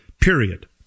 period